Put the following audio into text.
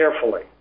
carefully